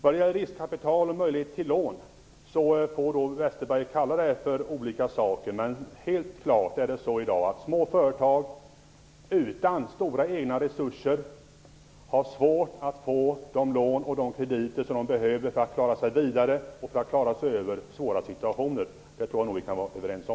Westerberg gärna kalla det för olika saker, men det är helt klart i dag att små företag utan stora egna resurser har svårt att få de lån och krediter som de behöver för att klara sig vidare och för att klara sig igenom svåra situationer. Detta tror jag nog att vi kan vara överens om.